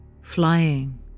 flying